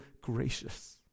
gracious